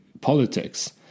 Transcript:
politics